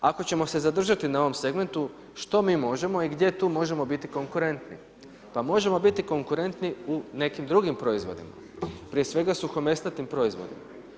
Ako ćemo se zadržati na ovom segmentu što mi možemo i gdje tu možemo biti konkurentni, pa možemo biti konkurentni u nekim drugim proizvodima, prije svega suhomesnatim proizvodima.